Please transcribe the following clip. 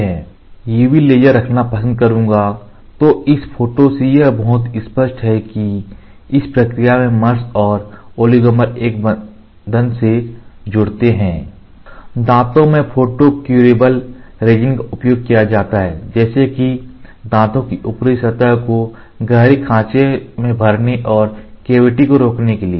दांतों में photo curable resin का उपयोग किया जाता है जैसे कि दांतों की ऊपरी सतह को गहरी खांचे में भरने और कैविटी को रोकने के लिए